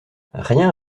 rien